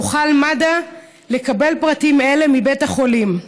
יוכל מד"א לקבל פרטים אלה מבית החולים,